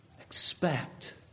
expect